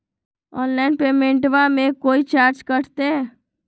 Online पेमेंटबां मे कोइ चार्ज कटते?